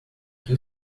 que